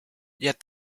yet